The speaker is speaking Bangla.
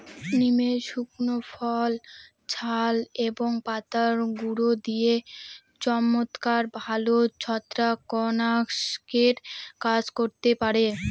নিমের শুকনো ফল, ছাল এবং পাতার গুঁড়ো দিয়ে চমৎকার ভালো ছত্রাকনাশকের কাজ হতে পারে